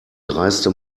dreiste